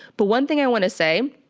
but one thing i wanna say,